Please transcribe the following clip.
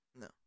No